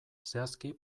zehazki